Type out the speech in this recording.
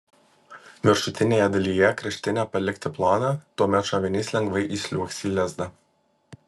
viršutinėje dalyje kraštinę palikti ploną tuomet šovinys lengvai įsliuogs į lizdą